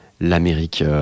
l'Amérique